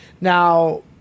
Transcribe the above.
Now